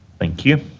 thank you.